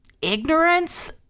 ignorance